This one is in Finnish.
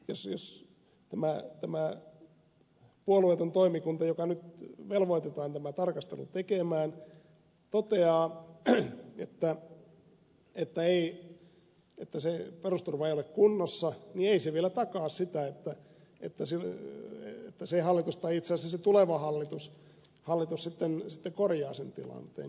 siis jos tämä puolueeton toimikunta joka nyt velvoitetaan tämä tarkastelu tekemään toteaa että se perusturva ei ole kunnossa niin ei se vielä takaa sitä että se hallitus tai itse asiassa se tuleva hallitus sitten korjaa sen tilanteen